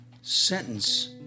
sentence